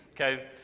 Okay